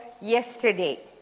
yesterday